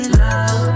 love